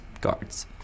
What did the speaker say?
guards